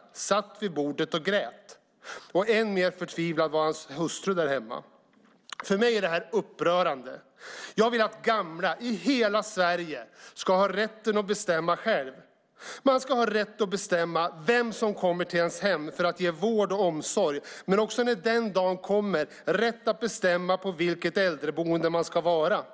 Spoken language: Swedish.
Han satt vid bordet och grät. Än mer förtvivlad var hans hustru där hemma. För mig är detta upprörande. Jag vill att gamla i hela Sverige ska ha rätten att bestämma själva. Man ska ha rätt att bestämma vem som kommer till ens hem för att ge vård och omsorg men också, när den dagen kommer, rätt att bestämma på vilket äldreboende man ska vara.